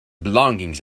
belongings